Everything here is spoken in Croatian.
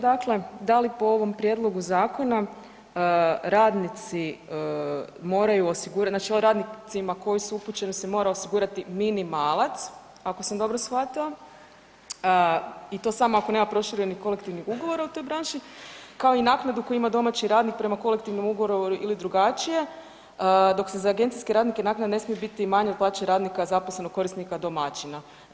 Dakle, da li po ovom prijedlogu zakona radnici moraju osigurati, znači oni radnicima koji su upućeni se mora osigurati minimalac i to samo ako nema proširenih kolektivnih ugovora u toj branši kao i naknadu koju ima domaći radnik prema kolektivnom ugovoru ili drugačije dok se za agencijske radnike naknada ne smije biti manja od plaće radnika zaposlenog korisnika domaćina.